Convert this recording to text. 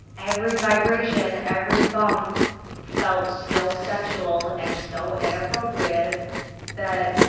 every vibration, every bump felt so sexual and so inappropriate that